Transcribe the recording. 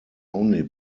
only